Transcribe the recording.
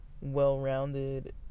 well-rounded